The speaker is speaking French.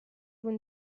vous